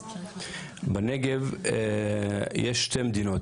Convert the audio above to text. בנגב יש שתי מדינות,